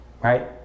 Right